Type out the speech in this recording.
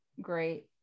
great